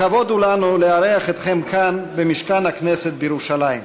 לכבוד הוא לנו לארח אתכם כאן במשכן הכנסת בירושלים.